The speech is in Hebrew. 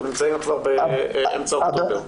אנחנו נמצאים כבר באמצע אוקטובר.